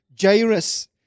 Jairus